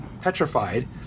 petrified